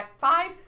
five